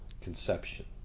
conception